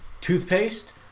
toothpaste